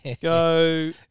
Go